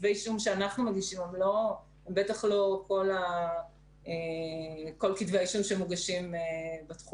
כתבי האישום שאנחנו מגישים הם רק חלק מכל כתבי האישום שמוגשים בתחום.